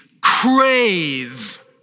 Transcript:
crave